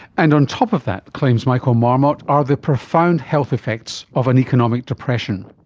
and on top of that, claims michael marmot, are the profound health effects of an economic depression.